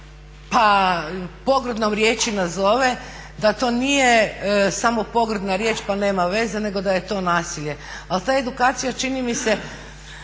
pa pogrdnom riječju nazove da to nije samo pogrdna riječ pa nema veze, nego da je to nasilje. Ali ta edukacija čini mi se